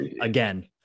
again